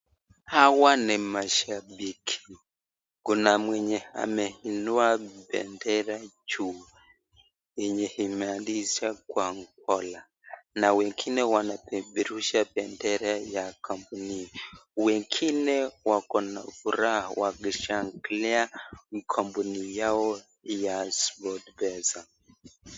Hawa ni mashabiki kuna mwenye ameinua bendera juu yenye imeanzisha kwa upole na wengine wanapeperusha bendera ya kampuni hiyo. Wengine wako na furaha wakishangilia kampuni yao ya Sportpesa.